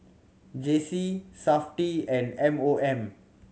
J C Safti and M O M